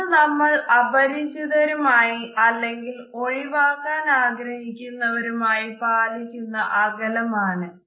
ഇത് നമ്മൾ അപരിചിതരുമായി അല്ലെങ്കിൽ ഒഴിവാക്കാൻ ആഗ്രഹിക്കുന്നവരുമായി പാലിക്കുന്ന അകലം ആണ്